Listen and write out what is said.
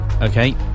Okay